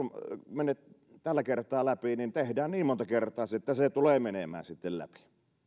mene tällä kertaa läpi niin tehdään niin monta kertaa että se tulee menemään sitten läpi